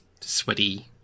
sweaty